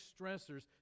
stressors